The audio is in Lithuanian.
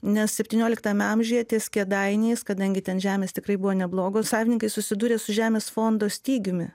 nes septynioliktame amžiuje ties kėdainiais kadangi ten žemės tikrai buvo neblogos savininkai susidurė su žemės fondo stygiumi